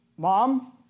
Mom